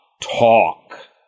talk